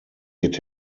geht